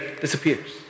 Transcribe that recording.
disappears